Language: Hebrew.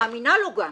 מאמינה לו גם.